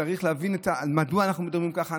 צריך להבין מדוע אנחנו מדברים ככה.